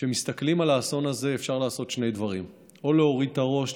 כשמסתכלים על האסון הזה אפשר לעשות שני דברים: או להוריד את הראש,